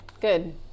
good